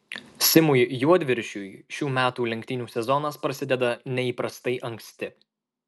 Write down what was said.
simui juodviršiui šių metų lenktynių sezonas prasideda neįprastai anksti